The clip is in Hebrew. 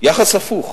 יחס הפוך.